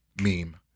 meme